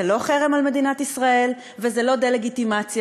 זה לא חרם על מדינת ישראל וזה לא דה-לגיטימציה.